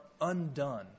undone